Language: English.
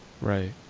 Right